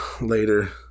later